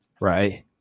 Right